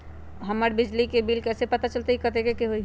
हमर बिजली के बिल कैसे पता चलतै की कतेइक के होई?